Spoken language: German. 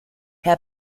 herr